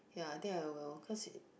ya I think I will cause you